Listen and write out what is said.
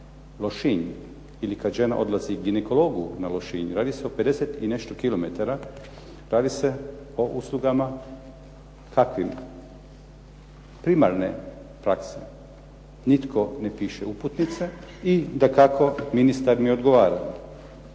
Lošinj ili kad žena odlazi ginekologu na Lošinj radi se o 50 i nešto kilometara, radi se o uslugama. Kakvim? Primarne prakse. Nitko ne piše uputnice i dakako ministar mi odgovara.